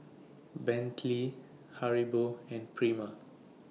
Bentley Haribo and Prima